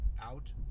out